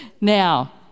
Now